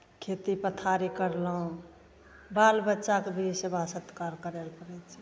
खेती पथारी कयलहुँ बालबच्चाके भी सेवा सत्कार करय लए पड़ै छै